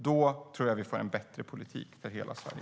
Då får vi en bättre politik för hela Sverige.